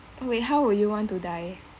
oh wait how will you want to die